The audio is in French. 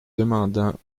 demandant